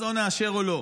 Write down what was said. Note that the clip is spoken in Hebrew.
אז או שנאשר או שלא.